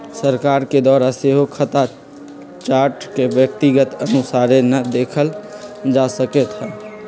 सरकार के द्वारा सेहो खता चार्ट के व्यक्तिगत अनुसारे न देखल जा सकैत हइ